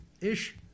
ish